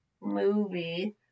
movie